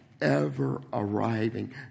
ever-arriving